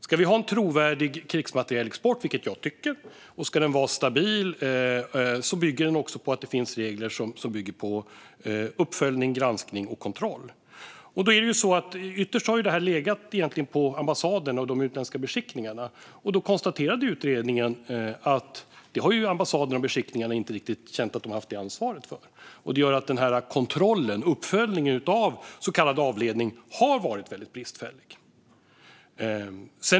Om vi ska ha en trovärdig och stabil krigsmaterielexport, vilket jag tycker, ska den bygga på regler om uppföljning, granskning och kontroll. Ytterst har detta legat på ambassaderna och de utländska beskickningarna, men utredningen konstaterade att ambassaderna och beskickningarna inte har känt att de har detta ansvar. Det gör att kontrollen, alltså uppföljningen av så kallad avledning, har varit bristfällig.